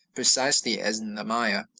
precisely as in the maya,